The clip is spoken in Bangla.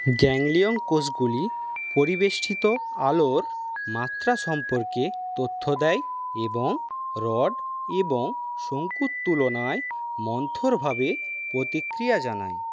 গ্যাংলিয়ন কোষগুলি পরিবেষ্টিত আলোর মাত্রা সম্পর্কে তথ্য দেয় এবং রড এবং শঙ্কুর তুলনায় মন্থরভাবে প্রতিক্রিয়া জানায়